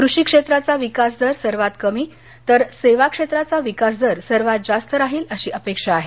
कृषी क्षेत्राचा विकासदर सर्वात कमी तर सेवा क्षेत्राचा विकास दर सर्वात जास्त राहील अशी अपेक्षा आहे